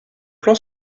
plan